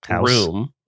room